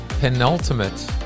penultimate